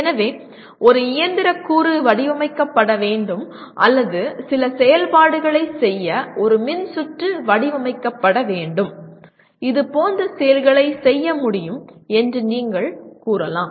எனவே ஒரு இயந்திர கூறு வடிவமைக்கப்பட வேண்டும் அல்லது சில செயல்பாடுகளைச் செய்ய ஒரு மின்சுற்று வடிவமைக்கப்பட வேண்டும் இதுபோன்ற செயல்களை செய்ய முடியும் என்று நீங்கள் கூறலாம்